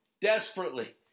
Desperately